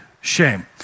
shame